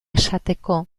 esateko